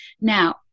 Now